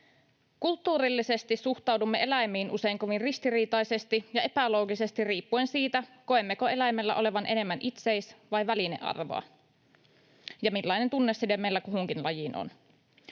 Kulttuurillisesti suhtaudumme eläimiin usein kovin ristiriitaisesti ja epäloogisesti riippuen siitä, koemmeko eläimellä olevan enemmän itseis- vai välinearvoa, ja siitä, millainen tunneside meillä kuhunkin lajiin on.